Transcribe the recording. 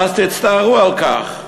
ואז תצטערו על כך.